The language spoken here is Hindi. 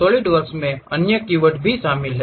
सॉलिडवर्क्स में अन्य कीवर्ड भी शामिल हैं